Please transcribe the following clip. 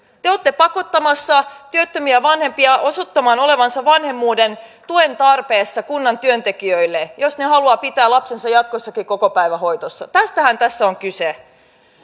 te te olette pakottamassa työttömiä vanhempia osoittamaan olevansa vanhemmuuden tuen tarpeessa kunnan työntekijöille jos he haluavat pitää lapsensa jatkossakin kokopäivähoidossa tästähän tässä on kyse